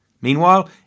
Meanwhile